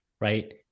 right